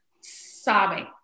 sobbing